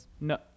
No